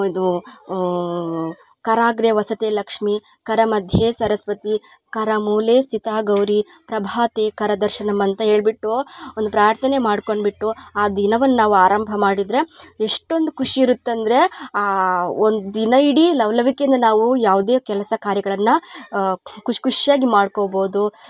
ಇದು ಕರಾಗ್ರೆ ವಸತೇ ಲಕ್ಷ್ಮಿ ಕರ ಮಧ್ಯೆ ಸರಸ್ವತಿ ಕರ ಮೂಲೆ ಸ್ತಿತಾ ಗೌರಿ ಪ್ರಭಾತೆ ಕರ ದರ್ಶನಮ್ ಅಂತ ಹೇಳ್ಬಿಟ್ಟು ಒಂದು ಪ್ರಾರ್ಥನೆ ಮಾಡ್ಕೊಂಡ್ಬಿಟ್ಟು ಆ ದಿನವನ್ನು ನಾವು ಆರಂಭ ಮಾಡಿದರೆ ಎಷ್ಟೊಂದು ಖುಷಿ ಇರುತ್ತಂದ್ರೆ ಒಂದು ದಿನ ಇಡೀ ಲವಲವಿಕೆಯಿಂದ ನಾವೂ ಯಾವುದೇ ಕೆಲಸ ಕಾರ್ಯಗಳನ್ನು ಖುಷಿ ಖುಷ್ಯಾಗಿ ಮಾಡ್ಕೊಬೋದು